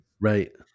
Right